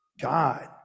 God